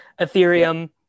Ethereum